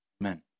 Amen